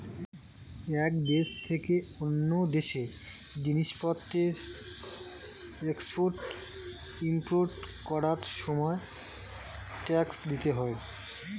এক দেশ থেকে অন্য দেশে জিনিসপত্রের এক্সপোর্ট ইমপোর্ট করার সময় ট্যাক্স দিতে হয়